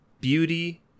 beauty